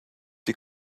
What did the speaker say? die